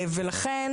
לכן